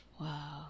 Wow